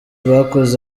bakoze